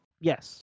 Yes